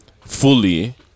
fully